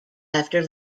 after